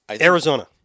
Arizona